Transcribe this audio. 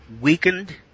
weakened